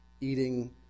eating